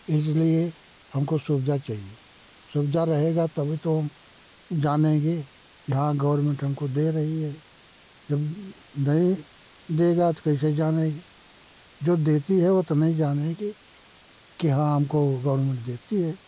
इसलिए हमको सुविधा चाहिए सुविधा रहेगा तभी तो जानेंगे कि हाँ गौरमेंट हमको दे रही है जब नहीं देगा तो कैसे जाने जो देती है इतना जानेंगे कि हाँ हमको गौर्नमेंट देती है